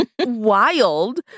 wild